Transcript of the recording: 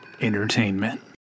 Entertainment